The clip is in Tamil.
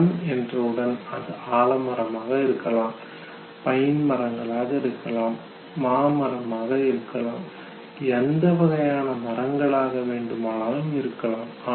மரம் என்று உடன் அது ஆலமரமாக இருக்கலாம் பயின் மரங்களாக இருக்கலாம் மாமரமாக இருக்கலாம் எந்த வகையான மரங்களாக வேண்டுமானாலும் இருக்கலாம்